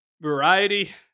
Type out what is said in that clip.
variety